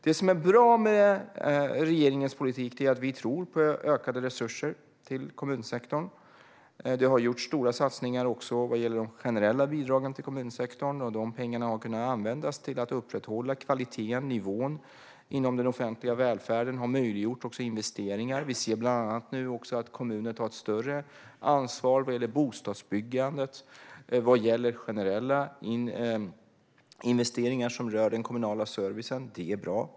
Det som är bra med regeringens politik är att vi tror på ökade resurser till kommunsektorn. Det har gjorts stora satsningar också vad gäller de generella bidragen till kommunsektorn. De pengarna har kunnat användas till att upprätthålla kvaliteten och nivån inom den offentliga välfärden. De har också möjliggjort investeringar. Vi ser nu bland annat att kommuner tar ett större ansvar vad gäller bostadsbyggandet och generella investeringar som rör den kommunala servicen. Det är bra.